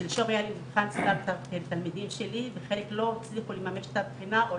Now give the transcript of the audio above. חלק מהתלמידים לא הצליחו לממש את הבחינה או